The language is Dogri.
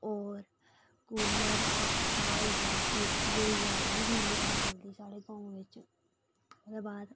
होर कूलर पक्खा होइया एसी होइया ओह्बी बिजली कन्नै चलदे साढ़े गांव बिच ओह्दे बाद